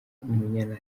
umunyana